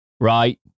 right